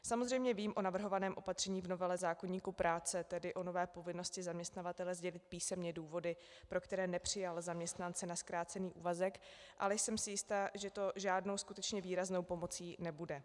Samozřejmě vím o navrhovaném opatření v novele zákoníku práce, tedy o nové povinnosti zaměstnavatele sdělit písemně důvody, pro které nepřijal zaměstnance na zkrácený úvazek, ale jsem si jista, že to žádnou skutečně výraznou pomocí nebude.